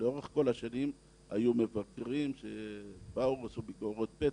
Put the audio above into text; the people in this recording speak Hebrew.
לאורך כל השנים היו מבקרים שבאו ועשו ביקורות פתע,